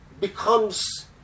becomes